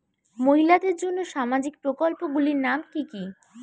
মহিলাদের জন্য সামাজিক প্রকল্প গুলির নাম কি কি?